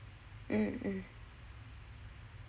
mm mm